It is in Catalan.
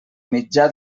mitjà